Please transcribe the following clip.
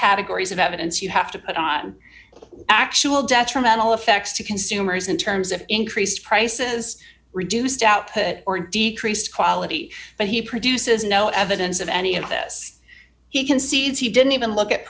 categories of evidence you have to put on actual detrimental effects to consumers in terms of increased prices reduced output or decreased quality but he produces no evidence of any of this he concedes he didn't even look at